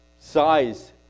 size